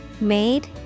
Made